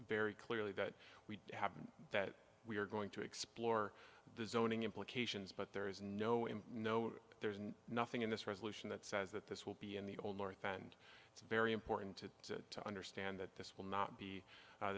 very clearly that we have that we are going to explore the zoning implications but there is no in no there's nothing in this resolution that says that this will be in the old north and it's very important to understand that this will not be